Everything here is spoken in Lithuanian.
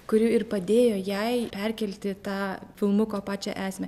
kuri ir padėjo jai perkelti tą filmuko pačią esmę